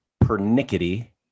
pernickety